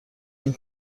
این